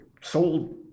sold